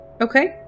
Okay